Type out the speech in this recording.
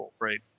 Right